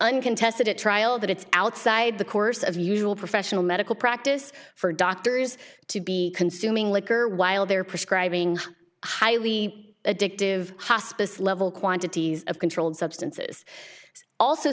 uncontested at trial that it's outside the course of usual professional medical practice for doctors to be consuming liquor while they're prescribing highly addictive hospice level quantities of controlled substances also